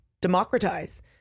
democratize